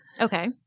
Okay